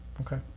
Okay